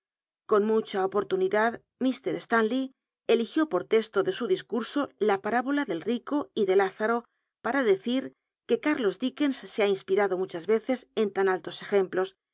con mucha oj oi'lunidad ir stanle s so ha inspide su discurso la par tbola del rico y de lúzaro para decir que cárlos dicken compadecerse de rado muchas reces en tan altos ejemplos